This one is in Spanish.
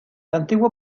antiguo